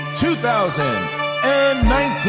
2019